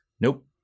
Nope